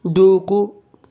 దూకు